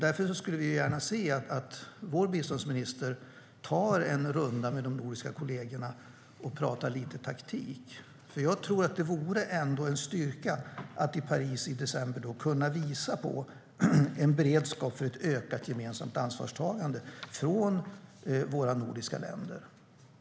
Därför skulle jag gärna se att vår biståndsminister tar en runda med de nordiska kollegerna och talar lite taktik. Jag tror nämligen att det vore en styrka att i Paris i december kunna visa på en beredskap för ett ökat gemensamt ansvarstagande från våra nordiska länder.